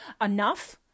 enough